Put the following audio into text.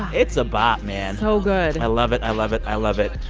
it's a bop, man so good and i love it. i love it. i love it.